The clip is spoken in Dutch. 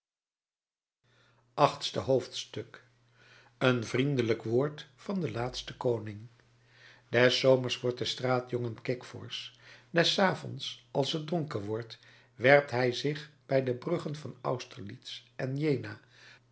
achtste hoofdstuk een vriendelijk woord van den laatsten koning des zomers wordt de straatjongen kikvorsch des avonds als het donker wordt werpt hij zich bij de bruggen van austerlitz en jena